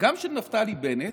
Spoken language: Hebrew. וגם של נפתלי בנט,